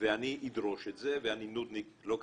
ואני אדרוש את זה ואני נודניק לא קטן,